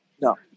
No